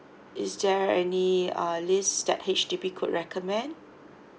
is there any uh ist that H_D_B could recommend